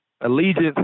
allegiance